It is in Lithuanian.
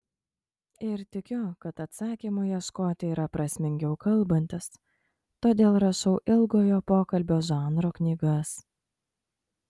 ir tikiu kad atsakymų ieškoti yra prasmingiau kalbantis todėl rašau ilgojo pokalbio žanro knygas